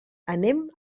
anem